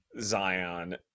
Zion